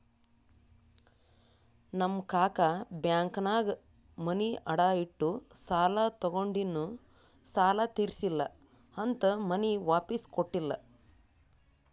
ನಮ್ ಕಾಕಾ ಬ್ಯಾಂಕ್ನಾಗ್ ಮನಿ ಅಡಾ ಇಟ್ಟು ಸಾಲ ತಗೊಂಡಿನು ಸಾಲಾ ತಿರ್ಸಿಲ್ಲಾ ಅಂತ್ ಮನಿ ವಾಪಿಸ್ ಕೊಟ್ಟಿಲ್ಲ